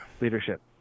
leadership